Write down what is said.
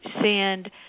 send